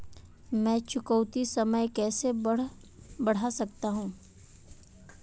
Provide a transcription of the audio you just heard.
मैं चुकौती समय कैसे बढ़ा सकता हूं?